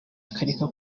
akareka